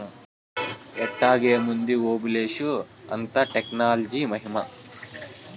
ఎట్టాగేముంది ఓబులేషు, అంతా టెక్నాలజీ మహిమా